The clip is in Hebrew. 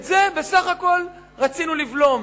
את זה בסך הכול רצינו לבלום,